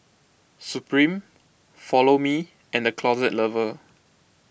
Supreme Follow Me and the Closet Lover